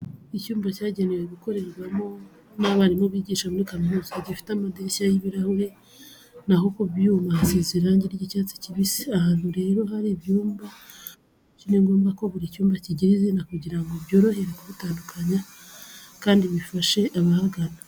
Icyumba cyagenewe gukorerwamo n'abarimu bigisha muri kaminuza, gifite amadirishya y'ibirahure na ho ku byuma hasize irangi ry'icyatsi kibisi. Ahantu rero hari ibyumba byinshi ni ngombwa ko buri cyumba kigira izina kugira ngo byorohe kubitandukanya kandi bifashe abahagana.